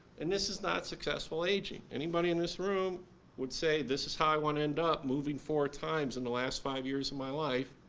and this is not successful aging. anybody in this room would say this is how i want to end up, moving four times in the last five years of my life,